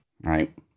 Right